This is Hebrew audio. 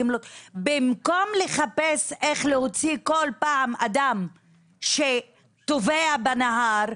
במקום לחפש איך להוציא כל פעם אדם שטובע בנהר,